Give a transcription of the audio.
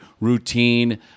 routine